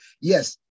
Yes